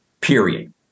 period